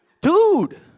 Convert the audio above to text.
dude